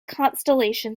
constellation